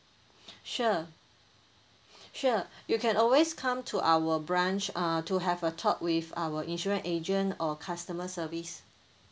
sure sure you can always come to our branch uh to have a talk with our insurance agent or customer service